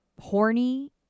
horny